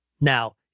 Now